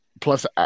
plus